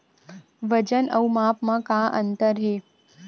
वजन अउ माप म का अंतर हे?